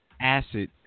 Acid